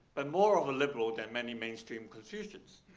ah more of a liberal than many mainstream confucians.